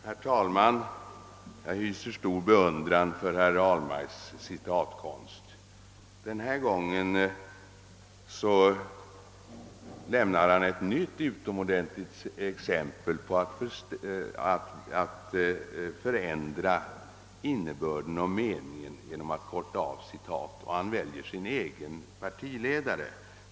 Herr talman! Jag hyser stor beundran för herr Ahlmarks citatkonst. Nu lämnade han ett nytt utomordentligt exempel på hur man kan förändra innebörden och meningen genom att korta av citat. Han valde denna gång att göra det beträffande sin egen partiledare.